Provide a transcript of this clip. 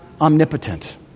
omnipotent